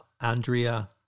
Andrea